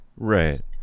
Right